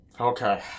Okay